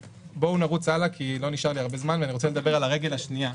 בואו נרוץ הלאה כי לא נשאר לי הרבה זמן ואני רוצה לדבר על הרגל השנייה.